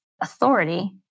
authority